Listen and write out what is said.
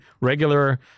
regular